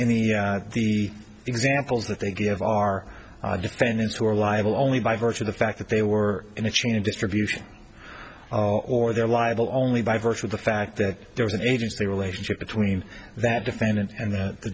in the examples that they give are defendants who are liable only by virtue of the fact that they were in the chain of distribution or they're liable only by virtue of the fact that there was an agency relationship between that defend